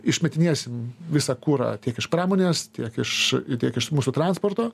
išmetinėsim visą kurą tiek iš pramonės tiek iš tiek iš mūsų transporto